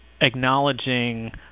acknowledging